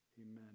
Amen